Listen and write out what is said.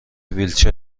ویلچر